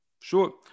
Sure